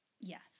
Yes